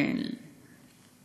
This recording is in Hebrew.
ואין לי.